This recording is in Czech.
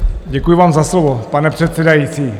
Děkuji vám za slovo, pane předsedající.